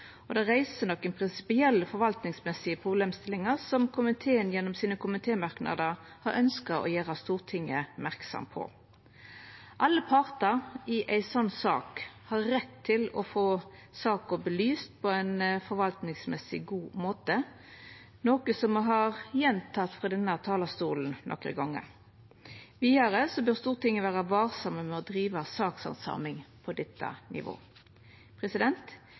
og det reiser nokre prinsipielle forvaltningsmessige problemstillingar som komiteen gjennom sine komitémerknader ønskjer å gjera Stortinget merksam på. Alle partar i ei slik sak har rett på å få saka belyst på ein forvaltingsmessig god måte, noko me har gjenteke frå denne talarstolen nokre gonger. Vidare bør Stortinget vera varsam med å driva sakshandsaming på dette